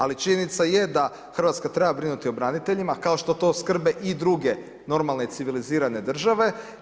Ali činjenica je da Hrvatska treba brinuti o braniteljima, kao što to skrbe i druge normalne civilizirane države.